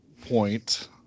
point